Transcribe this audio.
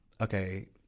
okay